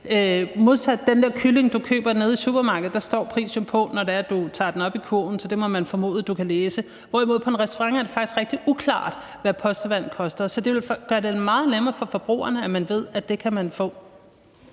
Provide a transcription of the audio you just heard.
angår den der kylling, du køber nede i supermarkedet, står prisen jo på, når du tager den op i kurven, så man må formode, at du kan læse det, hvorimod det på en restaurant faktisk er rigtig uklart, hvad postevandet koster. Så det vil gøre det meget nemmere for forbrugerne, at man ved, at det kan man få.